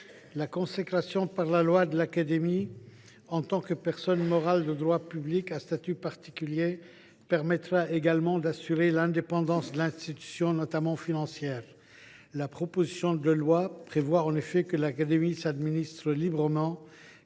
La consécration par la loi de cette institution en tant que personne morale de droit public à statut particulier permettra également d’en assurer l’indépendance, notamment financière. La proposition de loi prévoit en effet que l’Académie s’administre librement